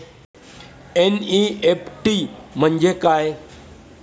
NEFT म्हणजे काय?